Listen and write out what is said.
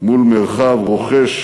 מול מרחב רוחש